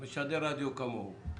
והסלולר שיש לו כמוהו.